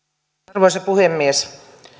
arvoisa puhemies